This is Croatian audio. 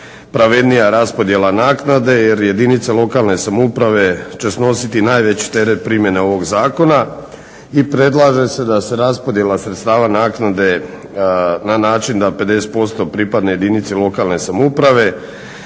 pravednija raspodjela naknade, jer jedinice lokalne samouprave će snositi najveći teret primjene ovog zakona i predlaže se da se raspodjela sredstava naknade na način da 50% pripadne jedinici lokalne samouprave,